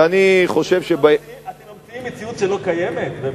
ואני חושב, אתם ממציאים מציאות שלא קיימת, באמת.